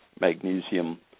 magnesium